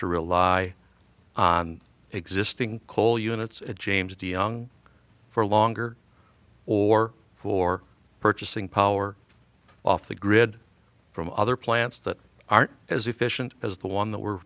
to rely on existing coal units and james dion for longer or for purchasing power off the grid from other plants that aren't as efficient as the one that we're